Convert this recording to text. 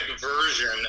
version